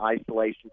isolation